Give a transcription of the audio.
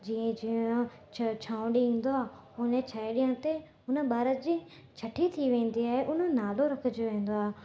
जीअं जीअं छह छहों ॾींहुं ईंदो उन छहें ॾींहं ते हुन ॿार जी छठी थी वेंदी आहे उन जो नालो रखियो वेंदो आहे